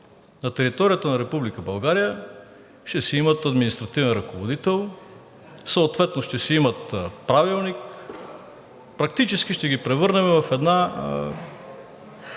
на територията на Република България ще си имат административен ръководител, съответно ще си имат правилник, практически ще ги превърнем в една